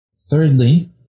Thirdly